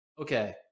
okay